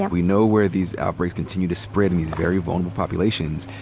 and we know where these outbreaks continue to spread, in these very vulnerable populations,